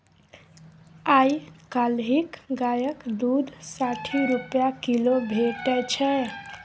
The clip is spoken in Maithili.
आइ काल्हि गायक दुध साठि रुपा किलो भेटै छै